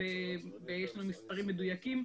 יש לנו מספרים מדויקים,